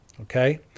Okay